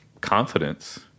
confidence